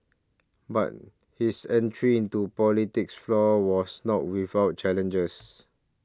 but his entry into politics flaw was not without challenges